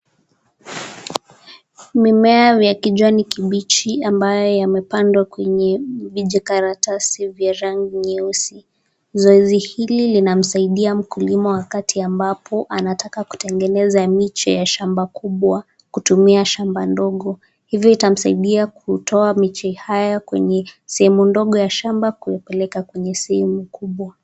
Mimea ya kijani kibichi ambaye yamepandwa kwenye vijikaratasi vya rangi nyeusi, zoezi hili linamsadia mkulima wakati ambapo anataka kutengeneza miche ya shamba kubwa kutumia shamba ndogo, hivi itamsadia kutoa miche hayo kwenye sehemu ndogo ya shamba kupeleka kwenye sehemu kubwa.